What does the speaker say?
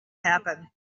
happen